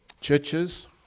Churches